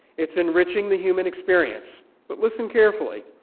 it's enriching the human experience. but listen carefully.